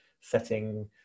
setting